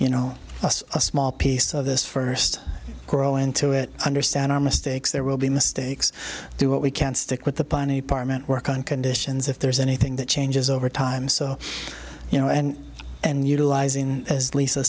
you know a small piece of this first grow into it understand our mistakes there will be mistakes do what we can stick with the pony partment work on conditions if there's anything that changes over time so you know and and utilizing as lisa